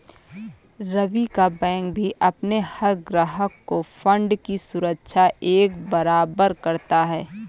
रवि का बैंक भी अपने हर ग्राहक के फण्ड की सुरक्षा एक बराबर करता है